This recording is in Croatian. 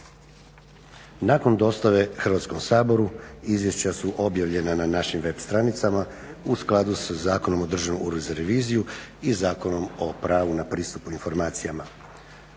Nakon dostave Hrvatskom saboru izvješća su objavljena na našim web stranicama u skladu sa Zakonom o Državnom uredu za reviziju i Zakonom o pravu na pristup informacijama.